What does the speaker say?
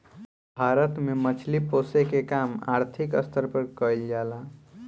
भारत में मछली पोसेके के काम आर्थिक स्तर पर कईल जा ला